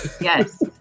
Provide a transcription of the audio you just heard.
Yes